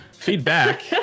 Feedback